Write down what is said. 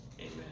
Amen